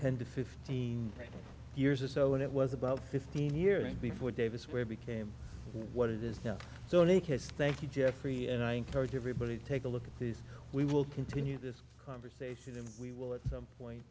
ten to fifteen years or so and it was about fifteen years before davis where became what it is now so in a case thank you jeffrey and i encourage everybody to take a look at this we will continue this conversation and we will at some point